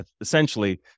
essentially